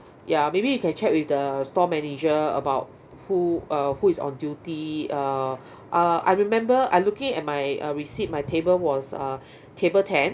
ya maybe you can check with the store manager about who uh who is on duty uh uh I remember I looking at my uh receipt my table was uh table ten